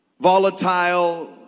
volatile